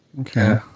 okay